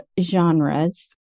genres